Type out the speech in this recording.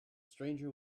stranger